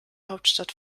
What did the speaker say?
hauptstadt